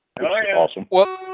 Awesome